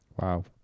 Wow